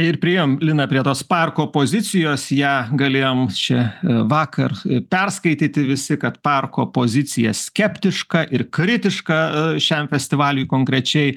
ir priėjom lina prie tos parko pozicijos ją galėjom čia vakar perskaityti visi kad parko pozicija skeptiška ir kritiška šiam festivaliui konkrečiai